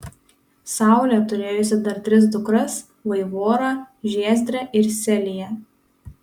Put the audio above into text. saulė turėjusi dar tris dukras vaivorą žiezdrę ir seliją